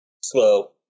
slow